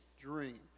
dream